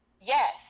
Yes